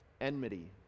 Enmity